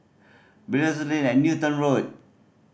Belilios Lane Newton Road